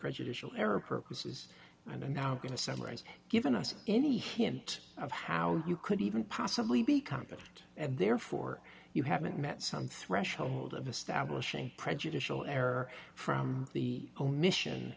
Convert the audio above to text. prejudicial era purposes and i'm now going to summarize given us any hint of how you could even possibly be competent and therefore you haven't met some threshold of establishing prejudicial error from the own mission